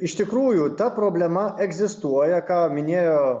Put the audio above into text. iš tikrųjų ta problema egzistuoja ką minėjo